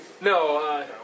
No